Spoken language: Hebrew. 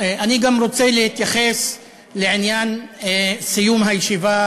אני גם רוצה להתייחס לעניין סיום הישיבה